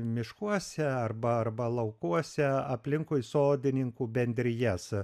miškuose arba arba laukuose aplinkui sodininkų bendrijas